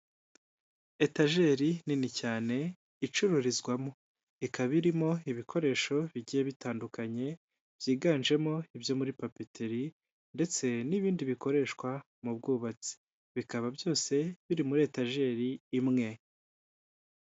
Etajeri nini cyane icururizwamo, ikaba irimo ibikoresho bigiye bitandukanye, byiganjemo ibyo muri papeteri ndetse n'ibindi bikoreshwa mu bwubatsi, bikaba byose biri muri etajeri imwe.